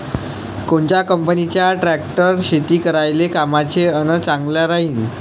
कोनच्या कंपनीचा ट्रॅक्टर शेती करायले कामाचे अन चांगला राहीनं?